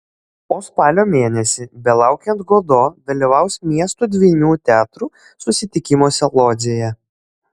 o spalio mėnesį belaukiant godo dalyvaus miestų dvynių teatrų susitikimuose lodzėje